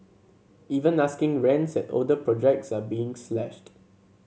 even asking rents at older projects are being slashed